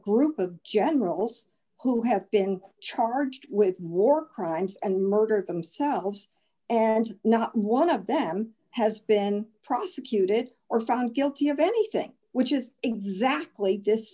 group of generals who have been charged with war crimes and murders themselves and not one of them has been prosecuted or found guilty of anything which is exactly